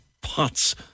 pots